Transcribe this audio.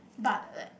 but